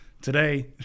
Today